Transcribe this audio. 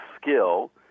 skill